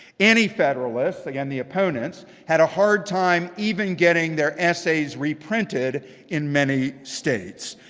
any federalists, again the opponents, had a hard time even getting their essays reprinted in many states.